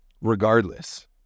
regardless